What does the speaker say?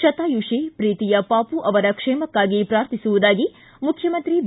ಶತಾಯುಷಿ ಪ್ರೀತಿಯ ಪಾಪು ಅವರ ಕ್ಷೇಮಕ್ಕಾಗಿ ಪ್ರಾರ್ಥಿಸುವುದಾಗಿ ಮುಖ್ಯಮಂತ್ರಿ ಬಿ